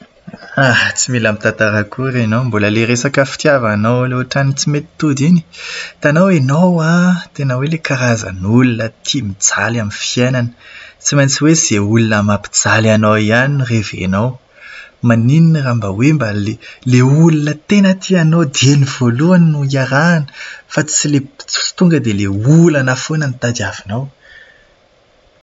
Tsy mila mitantara akory ianao, mbola ilay resaka fitiavanao ilay ohatran'ny tsy mety tody iny? Hitanao, ianao an, tena hoe ilay karazan'olona tia mijaly amin'ny fiainana. Tsy maintsy hoe izay olona mampijaly anao ihany no revenao. N'inon'inona mba hoe ilay olona tena tia anao dieny voalohany no iarahana, fa tsy ilay tsy tonga dia olana foana no tadiavinao.